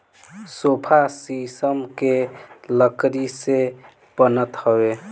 sofa शीशम के लकड़ी से बनत हवे